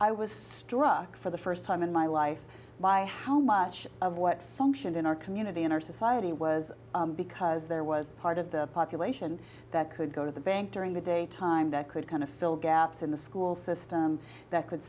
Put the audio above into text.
i was struck for the first time in my life by how much of what function in our community in our society was because there was part of the population that could go to the bank during the day time that could kind of fill gaps in the school system that could